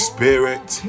Spirit